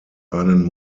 einen